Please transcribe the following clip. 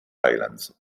islands